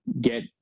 get